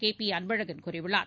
கேபிஅன்பழகன் கூறியுள்ளார்